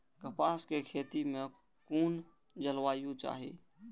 कपास के खेती में कुन जलवायु चाही?